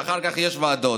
ואחר כך יש ועדות,